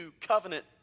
covenant